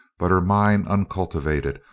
but her mind uncultivated,